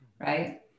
right